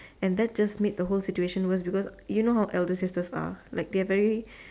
and that just the whole situation worse because you know how elder sisters are they are very